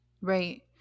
Right